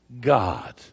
God